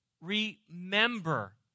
Remember